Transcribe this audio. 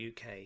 UK